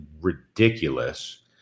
ridiculous